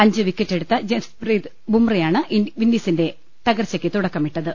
അഞ്ച് വിക്ക റ്റെടുത്ത ജസ്പ്രീത് ബുംറെയാണ് വിൻഡീസിന്റെ തകർച്ചയ്ക്ക് തുടക്ക മിട്ടത്